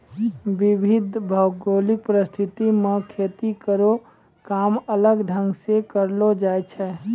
विविध भौगोलिक परिस्थिति म खेती केरो काम अलग ढंग सें करलो जाय छै